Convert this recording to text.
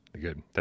Good